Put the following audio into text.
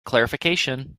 clarification